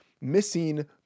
missing